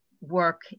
work